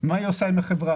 מה היא עושה עם החברה,